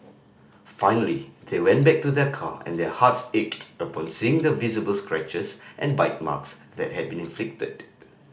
finally they went back to their car and their hearts ached upon seeing the visible scratches and bite marks that had been inflicted